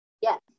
yes